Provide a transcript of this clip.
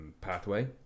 pathway